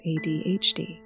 ADHD